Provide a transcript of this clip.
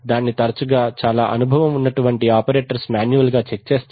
దానిని తరచుగా చాలా అనుభవం ఉన్నటువంటి ఆపరేటర్స్ మాన్యువల్ గా చెక్ చేస్తారు